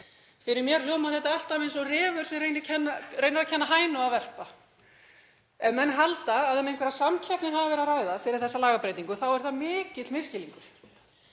Fyrir mér hljómar þetta alltaf eins og að refur sé að reyna að kenna hænu að verpa. Ef menn halda að um einhverja samkeppni hafi verið að ræða fyrir þessa lagabreytingu þá er það mikill misskilningur.